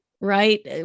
right